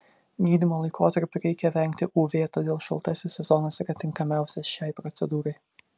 gydymo laikotarpiu reikia vengti uv todėl šaltasis sezonas yra tinkamiausias šiai procedūrai